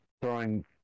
throwing